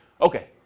Okay